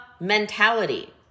mentality